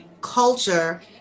culture